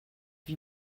wie